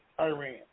Iran